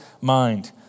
mind